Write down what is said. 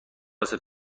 واسه